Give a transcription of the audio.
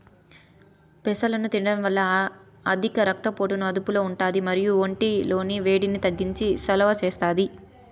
పెసలను తినడం వల్ల అధిక రక్త పోటుని అదుపులో ఉంటాది మరియు ఒంటి లోని వేడిని తగ్గించి సలువ చేస్తాది